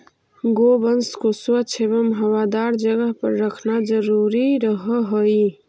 गोवंश को स्वच्छ एवं हवादार जगह पर रखना जरूरी रहअ हई